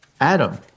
Adam